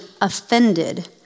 offended